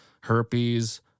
herpes